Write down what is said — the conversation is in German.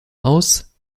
aus